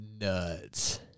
nuts